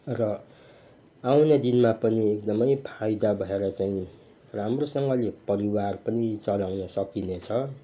र आउने दिनमा पनि एकदमै फाइदा भएर चाहिँ राम्रोसँगले परिवार पनि चलाउन सकिनेछ